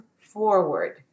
Forward